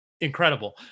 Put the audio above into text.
Incredible